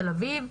תל אביב,